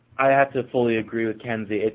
i have to fully agree with kenzie.